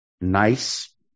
nice